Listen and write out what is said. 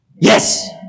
Yes